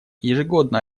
ежегодно